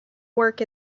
work